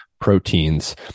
proteins